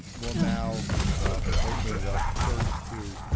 we'll now open it up first to